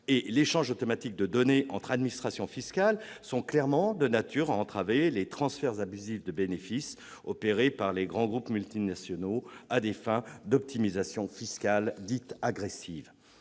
et l'échange automatique des données entre administrations fiscales sont clairement de nature à entraver les transferts abusifs de bénéfices opérés par les grands groupes multinationaux à des fins d'optimisation fiscale dite « agressive